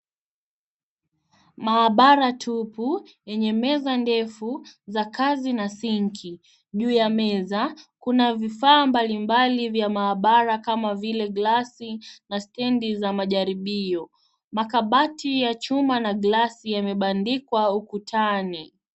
Maabara tupu enye meza ndefu za kazi na sinki, juu ya meza kuna vifaa mbalimbali vya maabara kama vile glasi na stendi za majaribio. Makabati ya chuma na glasi yamebandikwa ukutani.